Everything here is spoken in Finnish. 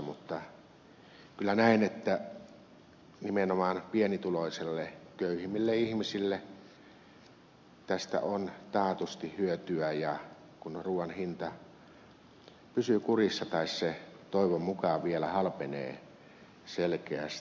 mutta kyllä näen että nimenomaan pienituloisille köyhimmille ihmisille tästä on taatusti hyötyä kun ruuan hinta pysyy kurissa tai se toivon mukaan vielä halpenee selkeästi